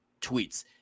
tweets